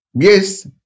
Yes